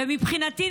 ומבחינתי,